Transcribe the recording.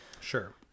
Sure